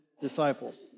disciples